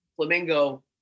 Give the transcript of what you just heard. Flamingo